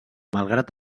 malgrat